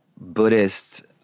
Buddhist